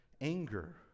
anger